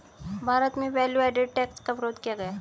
भारत में value added tax का विरोध किया गया